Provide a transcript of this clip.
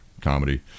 comedy